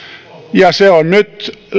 ja se on nyt